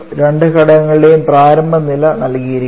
രണ്ട് ഘടകങ്ങളുടെയും പ്രാരംഭ നില നൽകിയിരിക്കുന്നു